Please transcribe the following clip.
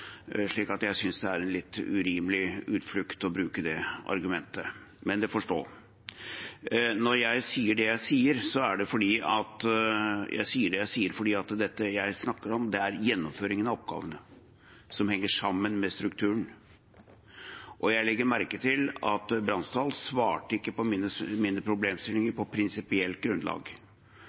slik at jeg synes det er en litt urimelig utflukt å bruke det argumentet. Men det får stå. Når jeg sier det jeg sier, er det fordi det jeg snakker om, er gjennomføringen av oppgavene, som henger sammen med strukturen. Jeg legger merke til at representanten Bransdal ikke svarte på mine problemstillinger på prinsipielt grunnlag.